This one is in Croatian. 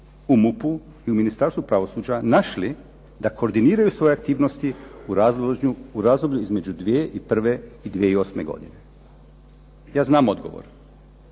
MUP-u i Ministarstvu pravosuđa našli da koordiniraju svoje aktivnosti u razdoblju između 2001. i 2008. godine. Ja znam odgovor.